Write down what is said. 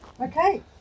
Okay